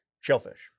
Shellfish